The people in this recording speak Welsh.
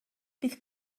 bydd